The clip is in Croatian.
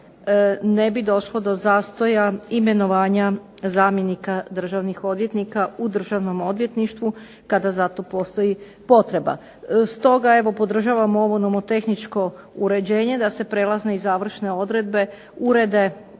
ne bi došlo do zastoja imenovanja zamjenika državnih odvjetnika u Državnom odvjetništvu, kada za to postoji potreba. Stoga evo podržavamo ovo nomotehničko uređenje da se prelazne i završne odredbe urede